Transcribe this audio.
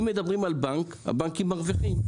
אם מדברים על בנק, הבנקים מרוויחים.